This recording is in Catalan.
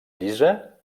llisa